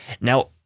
Now